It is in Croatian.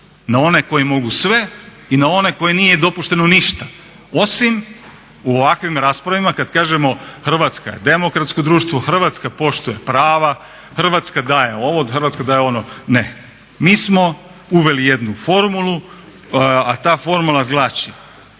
na one koji mogu sve i na one kojima nije dopušteno ništa, osim u ovakvim raspravama kada kažemo Hrvatska je demokratsko društvo, Hrvatska poštuje prava, Hrvatska daje ono, Hrvatska daje ovo. Ne, mi smo uveli jednu formulu, a ta formula glasi,